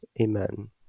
Amen